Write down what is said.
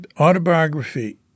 autobiography